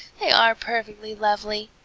they are perfectly lovely!